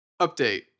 Update